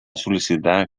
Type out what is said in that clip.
sol·licitar